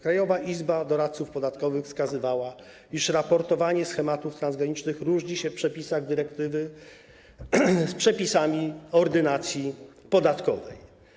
Krajowa Izba Doradców Podatkowych wskazywała, iż raportowanie schematów transgranicznych różni się, chodzi o przepisy dyrektywy i przepisy Ordynacji podatkowej.